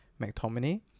McTominay